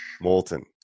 Molten